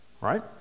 right